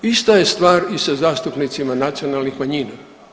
Ista je stvar i sa zastupnicima nacionalnih manjina.